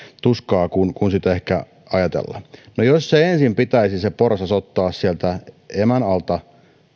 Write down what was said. tuskaa kuin sitä ehkä ajatellaan no jos ensin pitäisi se porsas ottaa sieltä emän alta